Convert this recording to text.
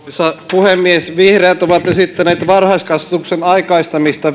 puhemies vihreät ovat esittäneet varhaiskasvatuksen aikaistamista